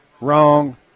Wrong